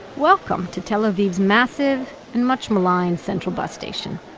welcome to tel aviv's massive and much maligned central bus station,